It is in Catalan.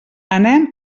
anem